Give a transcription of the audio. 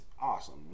Awesome